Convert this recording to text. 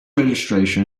registration